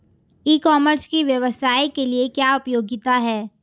ई commerce की व्यवसाय के लिए क्या उपयोगिता है?